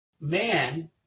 MAN